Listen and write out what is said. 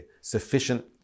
sufficient